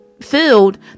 filled